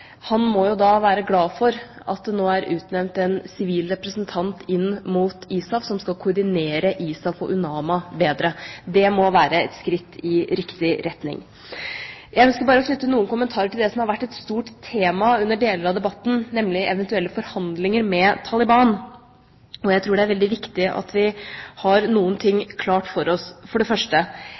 han må være glad for at det nå er utnevnt en sivil representant inn mot ISAF, som skal koordinere ISAF og UNAMA bedre. Det må være et skritt i riktig retning. Jeg ønsker å knytte noen kommentarer til det som har vært et stort tema under deler av debatten, nemlig eventuelle forhandlinger med Taliban. Jeg tror det er veldig viktig at vi har noen ting klart for oss. For det første: